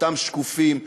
אותם שקופים,